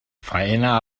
faena